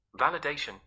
Validation